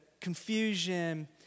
confusion